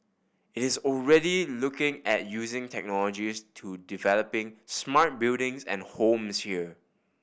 is already looking at using technologies to developing smart buildings and homes here